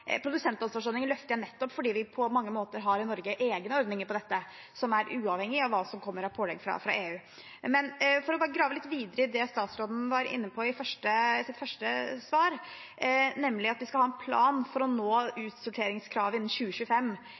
løfter jeg nettopp fordi vi på mange måter har egne ordninger på dette i Norge som er uavhengig av hva som kommer av pålegg fra EU. Jeg vil bare grave litt videre i det statsråden var inne på i sitt første svar, nemlig at vi skal ha en plan for å nå utsorteringskravet innen 2025.